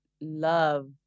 love